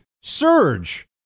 surge